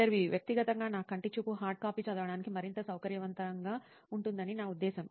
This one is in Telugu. ఇంటర్వ్యూఈ వ్యక్తిగతంగా నా కంటి చూపు హార్డ్ కాపీ చదవడానికి మరింత సౌకర్యవంతంగా ఉంటుందని నా ఉద్దేశ్యం